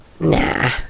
Nah